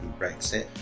brexit